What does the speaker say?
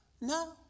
No